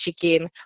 chicken